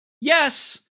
yes